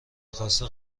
خواسته